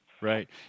right